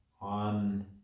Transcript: on